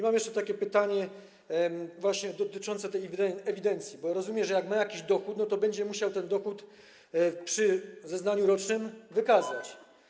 Mam jeszcze pytanie dotyczące tej ewidencji, bo rozumiem, że jak ma jakiś dochód, to będzie musiał ten dochód przy zeznaniu rocznym wykazać.